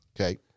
Okay